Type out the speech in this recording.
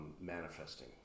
manifesting